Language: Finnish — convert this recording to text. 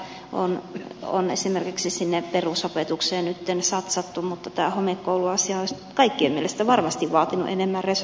sinne perusopetukseen on nyt satsattu mutta tämä homekouluasia olisi kaikkien mielestä varmasti vaatinut enemmän resursseja